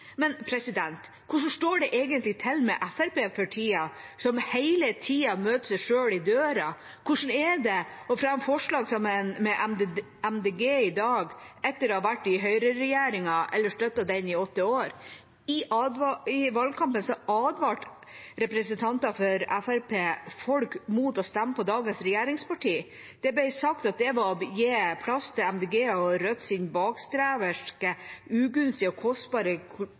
Men hvordan står det egentlig til med Fremskrittspartiet for tiden, som hele tiden møter seg selv i døren? Hvordan er det å fremme forslag sammen med Miljøpartiet De Grønne i dag, etter å ha vært i høyreregjeringen eller støttet den i åtte år? I valgkampen advarte representanter for Fremskrittspartiet folk mot å stemme på dagens regjeringsparti. Det ble sagt at det var å gi plass til Miljøpartiet De Grønnes og Rødts bakstreverske, ugunstige og kostbare